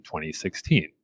2016